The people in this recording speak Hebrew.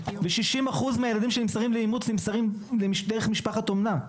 ו-60% מהילדים שנמסרים לאימוץ נמסרים דרך משפחת אומנה.